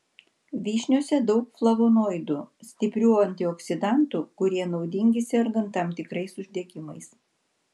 vyšniose daug flavonoidų stiprių antioksidantų kurie naudingi sergant tam tikrais uždegimais